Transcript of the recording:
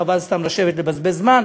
חבל סתם לשבת לבזבז זמן.